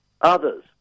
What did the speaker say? others